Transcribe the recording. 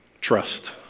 Trust